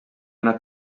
una